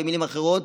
במילים אחרות,